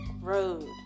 road